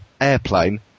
Airplane